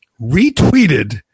retweeted